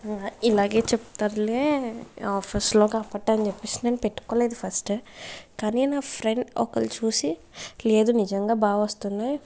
ఇలాగే చెప్తారులే ఆఫర్స్లోగా అప్పటని చెప్పేసి నేను పెట్టుకోలేదు ఫస్ట్ కాని నా ఫ్రెండ్ ఒకరు చూసి లేదు నిజంగా బాగా వస్తున్నాయ్